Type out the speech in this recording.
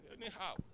Anyhow